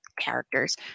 characters